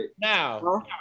Now